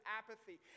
apathy